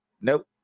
nope